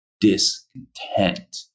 discontent